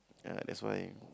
uh that's why